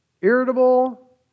irritable